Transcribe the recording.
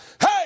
Hey